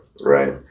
right